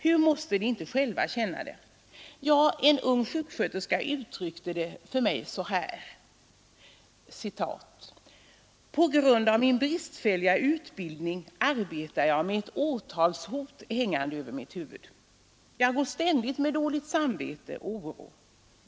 Hur måste de inte själva känna det? En ung sjuksköterska uttryckte det för mig så här: ”På grund av min bristfälliga utbildning arbetar jag med ett åtalshot hängande över mitt huvud. Jag går ständigt med dåligt samvete och oro.